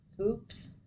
Oops